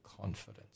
Confidence